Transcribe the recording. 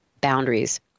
boundaries